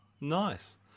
nice